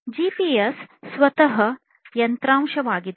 GPS ಸ್ವತಃ hardware ಆಗಿದೆ